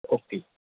okay